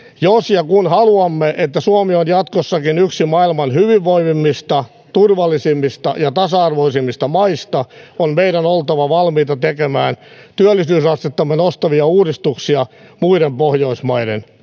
jos ja kun haluamme että suomi on jatkossakin yksi maailman hyvinvoivimmista turvallisimmista ja tasa arvoisimmista maista on meidän oltava valmiita tekemään työllisyysastettamme nostavia uudistuksia muiden pohjoismaiden